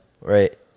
Right